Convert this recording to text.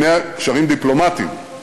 קשרים דיפלומטיים,